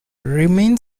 remain